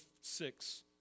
six